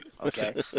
okay